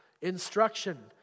Instruction